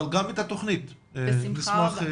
וגם את התכנית נשמח.